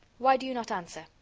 why do you not answer?